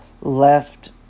left